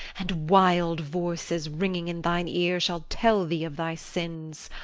and wild voices ringing in thine ear shall tell thee of thy sins.